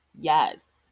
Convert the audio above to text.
Yes